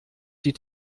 die